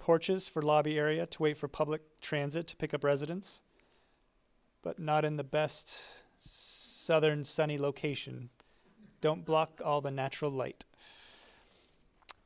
porches for lobby area to wait for public transit to pick up residence but not in the best southern sunny location don't block all the natural light